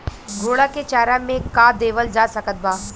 घोड़ा के चारा मे का देवल जा सकत बा?